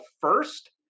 first